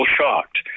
shocked